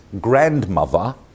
grandmother